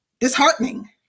Disheartening